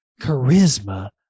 charisma